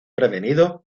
prevenido